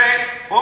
אל תגיד שלא עכשיו.